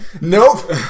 Nope